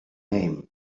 name